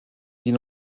vit